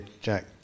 jack